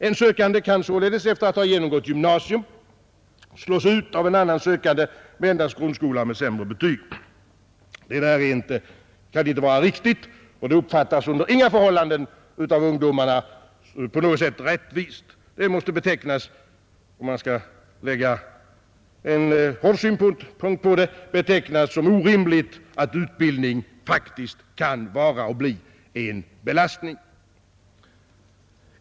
En sökande kan således efter att ha genomgått gymnasium slås ut av en annan sökande med endast grundskola men med högre betyg. Detta kan inte vara riktigt. Det uppfattas av ungdomarna under inga förhållanden på något sätt som rättvist. Om man lägger en hård synpunkt på detta måste det betecknas som orimligt att utbildning praktiskt kan vara och bli en belastning.